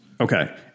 Okay